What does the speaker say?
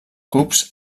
cubs